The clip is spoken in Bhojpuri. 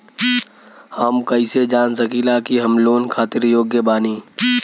हम कईसे जान सकिला कि हम लोन खातिर योग्य बानी?